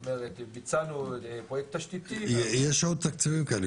ביצענו פרויקט תשתיתי --- יש עוד תקציבים כאלה,